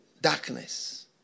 darkness